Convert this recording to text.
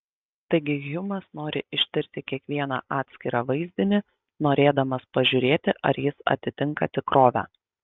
taigi hjumas nori ištirti kiekvieną atskirą vaizdinį norėdamas pažiūrėti ar jis atitinka tikrovę